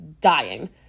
dying